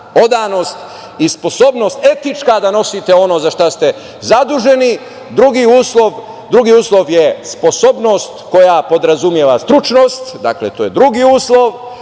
odanost i sposobnost etička da nosite ono za šta ste zaduženi. Drugi uslov je sposobnost koja podrazumeva stručnost, to je znači drugi uslov.